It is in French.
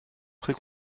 très